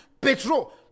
petrol